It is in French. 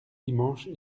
dimanche